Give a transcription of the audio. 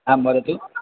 आं वदतु